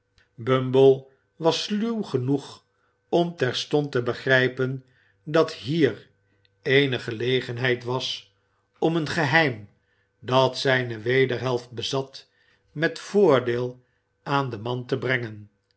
bumble was sluw genoeg om terstond te begrijpen dat hier eene ge egenheid was om een geheim dat zijne wederhe ft bezat met voordeel aan den man te brengen